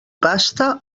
pasta